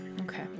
Okay